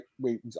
Wait